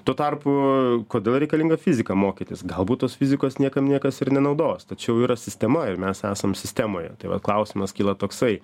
tuo tarpu kodėl reikalinga fizika mokytis galbūt tos fizikos niekam niekas ir nenaudos tačiau yra sistema ir mes esam sistemoje tai vat klausimas kyla toksai